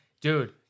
Dude